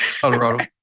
Colorado